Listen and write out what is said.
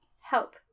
help